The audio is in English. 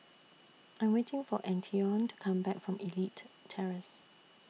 I'm waiting For Antione to Come Back from Elite Terrace